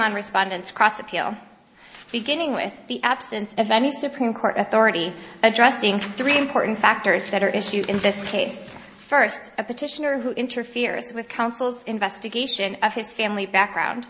on respondents across appeal beginning with the absence of any supreme court authority addressing three important factors that are issued in this case first the petitioner who interferes with counsel's investigation of his family background